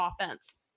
offense